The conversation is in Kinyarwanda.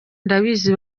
ndabizi